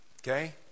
Okay